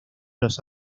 los